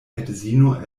edzino